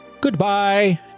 Goodbye